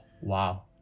Wow